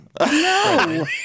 No